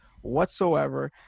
whatsoever